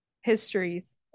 histories